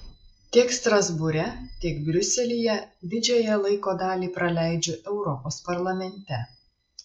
tiek strasbūre tiek briuselyje didžiąją laiko dalį praleidžiu europos parlamente